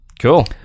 Cool